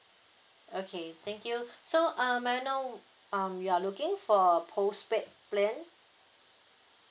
okay thank you so um may I know um you are looking for a postpaid plan